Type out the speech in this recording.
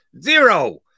zero